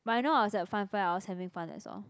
but I know I was at funfair I was having fun that's all